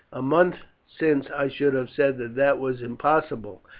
a month since i should have said that that was impossible,